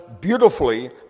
beautifully